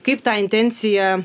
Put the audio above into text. kaip tą intenciją